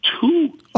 two